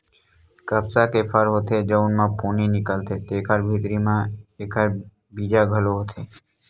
कपसा के फर होथे जउन म पोनी निकलथे तेखरे भीतरी म एखर बीजा घलो होथे